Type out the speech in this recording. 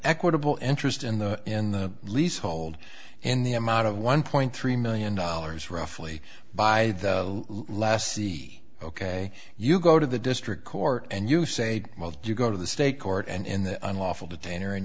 equitable interest in the in the lease hold in the amount of one point three million dollars roughly by the lessee ok you go to the district court and you say well do you go to the state court and in the unlawful detainer and